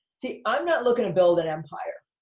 see, i'm not looking to build an empire.